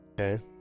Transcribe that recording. Okay